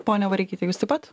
ponia vareikyte jūs taip pat